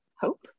Hope